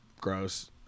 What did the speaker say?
gross